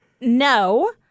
No